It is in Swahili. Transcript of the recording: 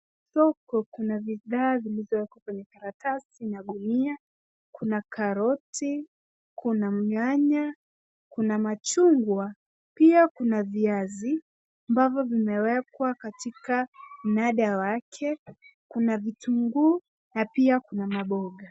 Soko kuna bidhaa zilizo kwenye karatasi na gunia. Kuna karoti, kuna nyanya, kuna machungwa, pia kuna viazi ambavyo vimewekwa katika mnada wake. Kuna vitunguu na pia kuna mamboga.